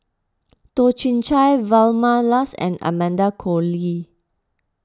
Toh Chin Chye Vilma Laus and Amanda Koe Lee